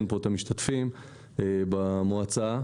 במועצה,